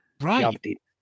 Right